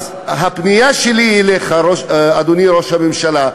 אז הפנייה שלי אליך, אדוני ראש הממשלה,